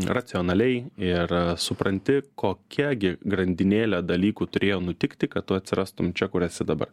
racionaliai ir supranti kokia gi grandinėlė dalykų turėjo nutikti kad tu atsirastum čia kur esi dabar